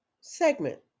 segment